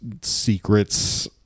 secrets